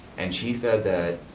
and she said that,